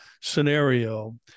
scenario